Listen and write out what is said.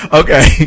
okay